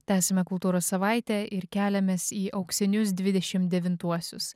tęsiame kultūros savaitę ir keliamės į auksinius dvidešim devintuosius